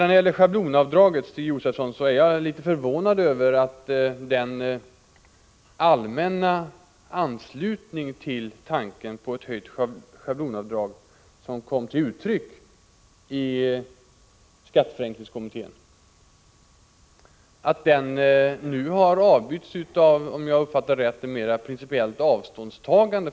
När det gäller schablonavdraget är jag, Stig Josefson, litet förvånad över att den allmänna anslutningen till den tanke på ett höjt schablonavdrag som kom till uttryck i skatteförenklingskommittén nu har utbytts mot — om jag uppfattat saken rätt — ett principiellt avståndstagande.